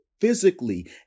physically